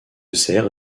cerf